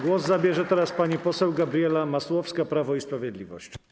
Głos zabierze teraz pani poseł Gabriela Masłowska, Prawo i Sprawiedliwość.